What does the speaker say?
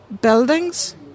buildings